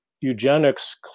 eugenics